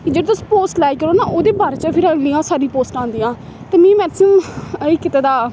जेह्ड़ तुस पोस्ट लाई करो ना ओह्दे बारे च फिर अगलियां सारी पोस्टां आंदियां ते मिगी मैक्सीमम एह् कीते दा